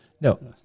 No